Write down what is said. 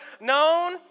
known